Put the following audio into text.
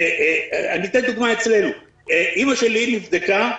אני אתן דוגמה אצלנו: אימא שלי נבדקה,